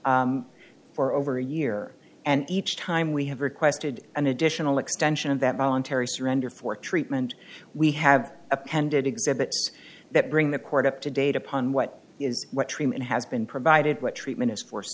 for over a year and each time we have requested an additional extension of that voluntary surrender for treatment we have appended exhibits that bring the court up to date upon what is what treatment has been provided what treatment is